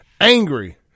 angry